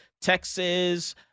Texas